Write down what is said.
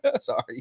Sorry